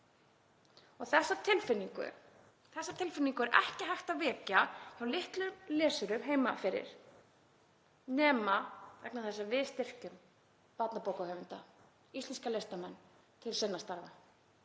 Þessa tilfinningu er ekki hægt að vekja með litlum lesurum heima fyrir nema vegna þess að við styrkjum barnabókahöfunda, íslenska listamenn, til sinna starfa.